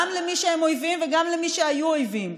גם למי שהם אויבים וגם למי שהיו אויבים,